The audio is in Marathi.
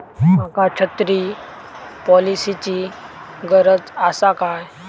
माका छत्री पॉलिसिची गरज आसा काय?